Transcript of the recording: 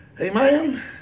Amen